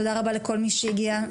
תודה רבה לכל מי שהגיע.